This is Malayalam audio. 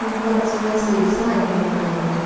ഞങ്ങൾക്ക് കുറച്ച് സ്വീറ്റ്സ് വാങ്ങിക്കണമെന്ന് ഉണ്ടായിരുന്നു